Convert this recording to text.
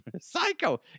Psycho